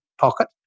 pocket